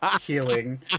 healing